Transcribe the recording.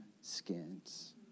skins